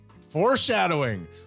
Foreshadowing